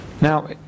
Now